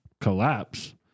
collapse